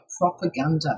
propaganda